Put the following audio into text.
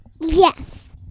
Yes